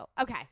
Okay